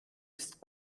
ist